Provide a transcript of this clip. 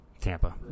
Tampa